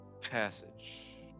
Passage